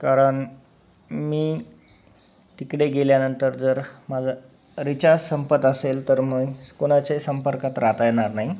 कारण मी तिकडे गेल्यानंतर जर माझा रिचार्ज संपत असेल तर मग कुणाच्याही संपर्कात राहता येणार नाही